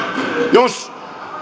jos